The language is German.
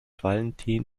valentin